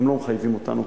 והם לא מחייבים אותנו,